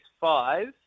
five